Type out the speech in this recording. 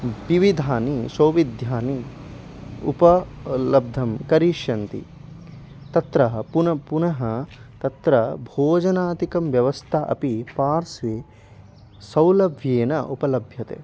विविधानि सौविध्यानि उप लब्धं करिष्यन्ति तत्र पुनः पुनः तत्र भोजनादिकं व्यवस्था अपि पार्श्वे सौलभ्येन उपलभ्यते